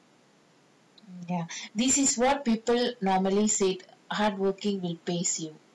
ya this is where people normally say hardworking it pays you